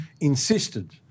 insisted